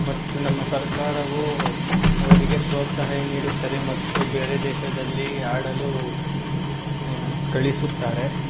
ಮತ್ತು ನಮ್ಮ ಸರ್ಕಾರವು ಅವರಿಗೆ ಪ್ರೋತ್ಸಹಾಯ ನೀಡುತ್ತದೆ ಮತ್ತು ಬೇರೆ ದೇಶದಲ್ಲಿ ಆಡಲು ಕಳಿಸುತ್ತಾರೆ